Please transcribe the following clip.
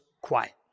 quiet